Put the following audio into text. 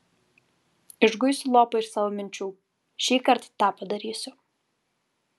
išguisiu lopą iš savo minčių šįkart tą padarysiu